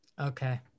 Okay